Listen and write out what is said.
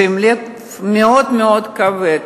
שאני מתייחסת בלב מאוד מאוד כבד